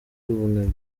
umunebwe